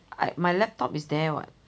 my laptop is there what